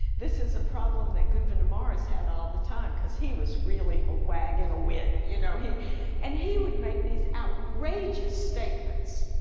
this is a problem that gouverneur morris had all the time because he was really a wag and a wit you know and he would make these outrageous statements.